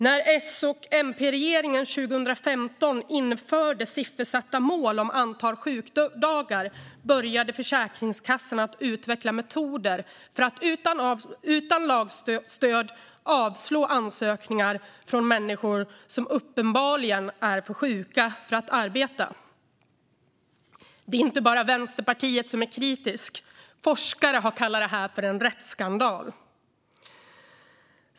När S och MP-regeringen 2015 införde siffersatta mål om antalet sjukdagar började Försäkringskassan att utveckla metoder för att utan lagstöd avslå ansökningar från människor som uppenbarligen är för sjuka för att arbeta. Det är inte bara Vänsterpartiet som är kritiskt till detta. Forskare har kallat det för en rättsskandal.